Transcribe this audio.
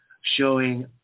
showing